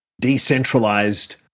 decentralized